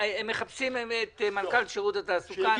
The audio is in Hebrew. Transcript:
מיקי, מחפשים את מנכ"ל שירות התעסוקה.